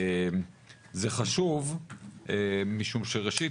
זה חשוב משום שראשית,